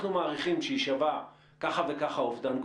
לאורך זמן על מנת שהוא יוכל לבצע את תפקידו,